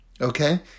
okay